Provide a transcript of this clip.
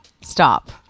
stop